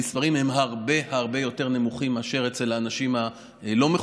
המספרים הם הרבה הרבה יותר נמוכים מאשר אצל האנשים הלא-מחוסנים,